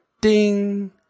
ding